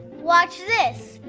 watch this.